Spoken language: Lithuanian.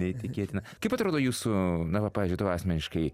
neįtikėtina kaip atrodo jūsų na pavyzdžiui tau asmeniškai